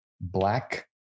black